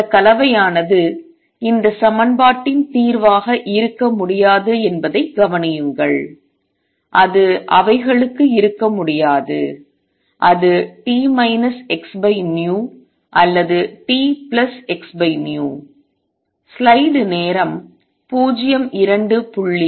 இந்த கலவையானது இந்த சமன்பாட்டின் தீர்வாக இருக்க முடியாது என்பதைக் கவனியுங்கள் அது அவைகளுக்கு இருக்க முடியாது அது t xv அல்லது txv